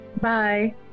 Bye